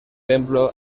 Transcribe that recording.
templo